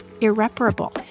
irreparable